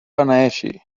beneeixi